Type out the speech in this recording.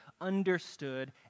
understood